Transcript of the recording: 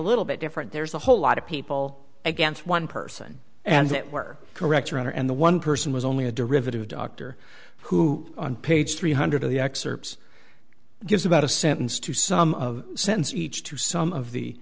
little bit different there's a whole lot of people against one person and that were correct your honor and the one person was only a derivative of dr who on page three hundred of the excerpts gives about a sentence to some of cents each to some of the